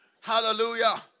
Hallelujah